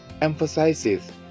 emphasizes